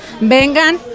Vengan